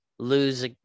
Lose